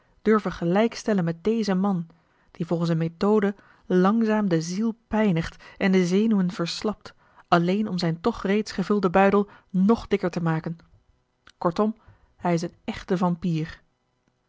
durven gelijkstellen met dezen man die volgens een methode langzaam de ziel pijnigt en de zenuwen verslapt alleen om zijn toch reeds gevulden buidel nog dikker te maken kortom hij is een echte vampier